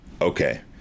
Okay